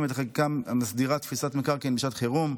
ואת החקיקה המסדירה תפיסת מקרקעין בשעת חירום.